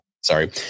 Sorry